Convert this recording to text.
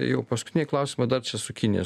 jau paskutinį klausimą dar čia su kinija